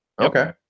Okay